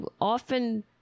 often